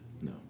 No